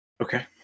Okay